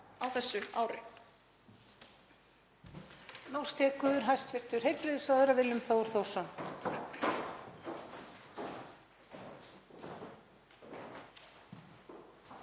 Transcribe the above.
á þessu ári